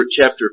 chapter